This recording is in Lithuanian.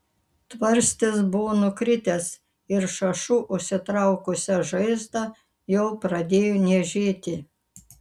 tvarstis buvo nukritęs ir šašu užsitraukusią žaizdą jau pradėjo niežėti